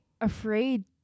afraid